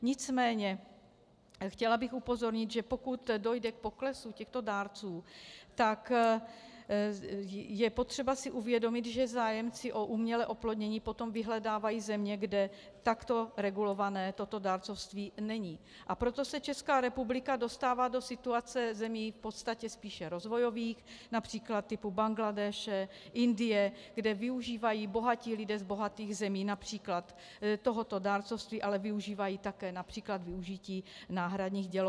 Nicméně bych chtěla upozornit, že pokud dojde k poklesu těchto dárců, tak je potřeba si uvědomit, že zájemci o umělé oplodnění potom vyhledávají země, kde takto regulované toto dárcovství není, a proto se Česká republika dostává do situace zemí v podstatě spíše rozvojových, například typu Bangladéše, Indie, kde využívají bohatí lidé z bohatých zemí například tohoto dárcovství, ale využívají také například využití náhradních děloh.